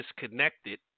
disconnected